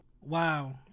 Wow